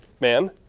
man